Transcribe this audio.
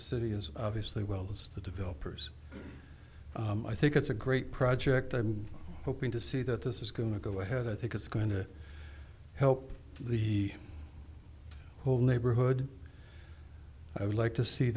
is obviously well that's the developers i think it's a great project i'm hoping to see that this is going to go ahead i think it's going to help the whole neighborhood i would like to see